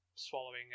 Swallowing